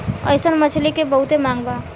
अइसन मछली के बहुते मांग बा